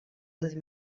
with